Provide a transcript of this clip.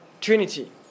Trinity